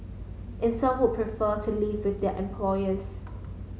and some would prefer to live with their employers